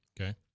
Okay